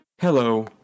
Hello